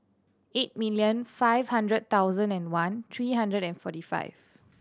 eight million five hundred thousand and one three hundred and forty two